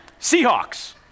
Seahawks